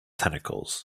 tentacles